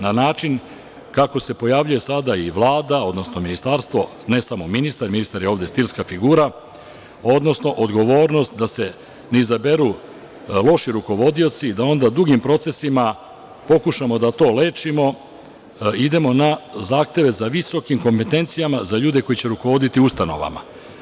Na način kako se pojavljuje sada, Vlada odnosno ministarstvo, ne samo ministar, jer je on ovde stilska figura, odnosno odgovornost da se ne izaberu loši rukovodioci i da onda dugim procesima pokušamo to da lečimo, idemo na zahteve za visokim kompetencijama za ljude koji će rukovoditi ustanovama.